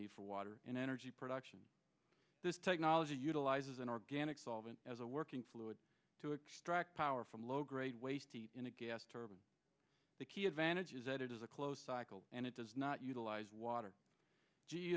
need for water in energy production this technology utilizes an organic solvent as a working fluid to extract power from low grade waste in a gas turbine the key advantage is that it is a closed cycle and it does not utilize water g